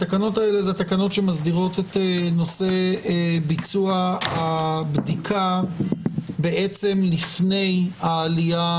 התקנות האלה הן תקנות שמסדירות את נושא ביצוע הבדיקה לפני העלייה.